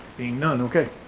being none, okay.